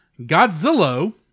Godzilla